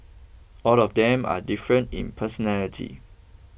all of them are different in personality